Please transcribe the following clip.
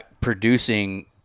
producing